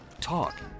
Talk